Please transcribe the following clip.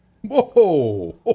Whoa